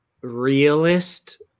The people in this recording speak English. realist